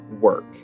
work